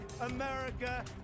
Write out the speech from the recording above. America